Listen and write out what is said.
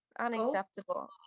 unacceptable